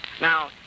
Now